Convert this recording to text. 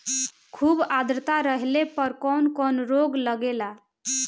खुब आद्रता रहले पर कौन कौन रोग लागेला?